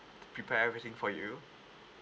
prepare everything for you